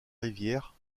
rivière